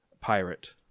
pirate